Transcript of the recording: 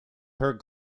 her